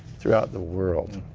throughout the world.